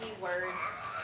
words